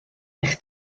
eich